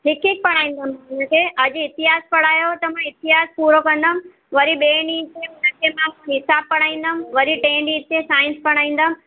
हिकु हिकु पढ़ाईंदमि मां हुनखे अॼु इतिहास पढ़ायो त मां इतिहास पुरो कंदमि वरी ॿिएं ॾींहं ते हुनखे मां हिसाबु पढ़ाईंदमि वरी टे ॾींहुं ते साइंस पढ़ाईंदमि